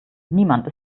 niemand